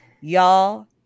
Y'all